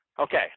Okay